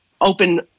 open